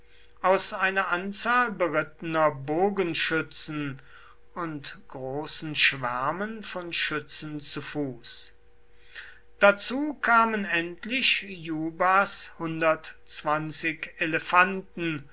aus einer anzahl berittener bogenschützen und großen schwärmen von schützen zu fuß dazu kamen endlich jubas elefanten